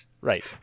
right